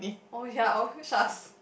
oh ya oh sharks